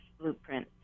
Blueprint